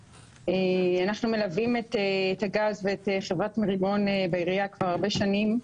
אנחנו מלווים את הגז ואת חברת מרימון בעירייה כבר הרבה שנים,